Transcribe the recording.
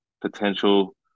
potential